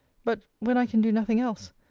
but, when i can do nothing else,